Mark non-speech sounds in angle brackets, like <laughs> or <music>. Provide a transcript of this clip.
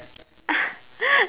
<laughs>